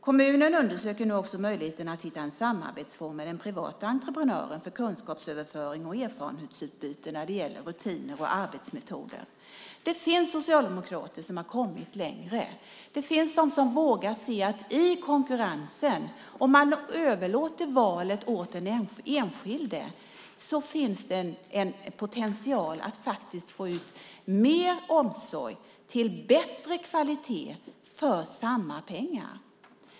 Kommunen undersöker nu möjligheter att hitta en samarbetsform med privata entreprenörer för kunskapsöverföring och erfarenhetsutbyte när det gäller rutiner och arbetsmetoder. Det finns socialdemokrater som har kommit längre. Det finns de som vågar se att i konkurrensen, om man överlåter valet åt den enskilde, finns det en potential att faktiskt få ut mer omsorg till bättre kvalitet för samma pengar.